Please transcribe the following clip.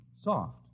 soft